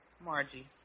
Margie